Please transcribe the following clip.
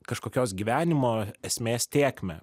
kažkokios gyvenimo esmės tėkmę